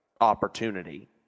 opportunity